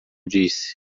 disse